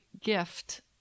gift